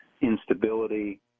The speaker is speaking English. instability